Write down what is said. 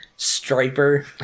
striper